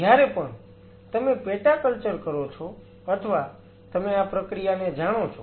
જ્યારે પણ તમે પેટા કલ્ચર કરો છો અથવા તમે આ પ્રક્રિયાને જાણો છો